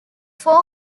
four